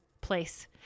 place